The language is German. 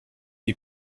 die